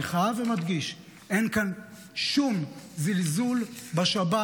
אני חוזר ומדגיש: אין כאן שום זלזול בשבת.